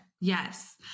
Yes